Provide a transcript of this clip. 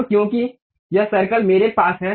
अब क्योंकि यह सर्कल मेरे पास है